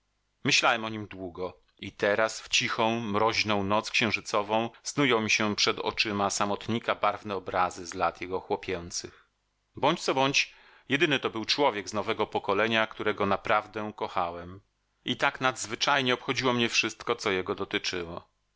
myślałem o nim długo i teraz w cichą mroźną noc księżycową snują mi się przed oczyma samotnika barwne obrazy z lat jego chłopięcych bądź co bądź jedyny to był człowiek z nowego pokolenia którego naprawdę kochałem i tak nadzwyczajnie obchodziło mnie wszystko co jego dotyczyło